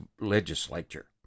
Legislature